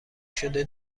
شده